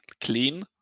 clean